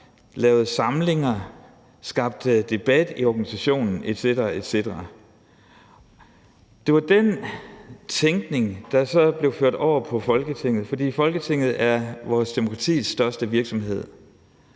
laver samlinger, skaber debat i organisationen etc. etc. Det var den tænkning, der så blev ført over på Folketinget, fordi Folketinget er vores demokratis største virksomhed.